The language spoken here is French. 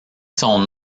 son